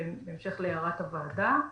בהמשך להערת הוועדה,